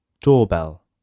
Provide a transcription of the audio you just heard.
DOORBELL